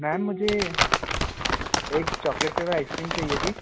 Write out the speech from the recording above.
ma'am मुझे एक chocolate flavour ice cream चाहिए थी